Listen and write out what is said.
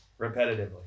Repetitively